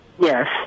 Yes